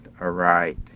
aright